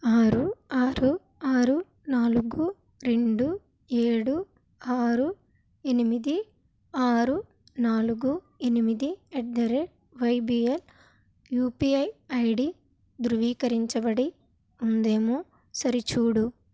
ఆరు ఆరు ఆరు నాలుగు రెండు ఏడు ఆరు ఎనిమిది ఆరు నాలుగు ఎనిమిది at the rate YBL UPI ID ధృవీకరించబడి ఉందేమో సరిచూడు